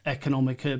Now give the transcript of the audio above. economic